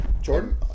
Jordan